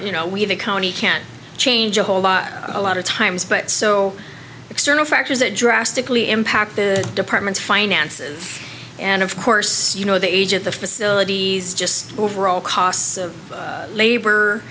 you know we have a county can change a whole a lot of times but so external factors that drastically impact the department's finances and of course you know the age of the facilities just overall costs of labor